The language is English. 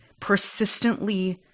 persistently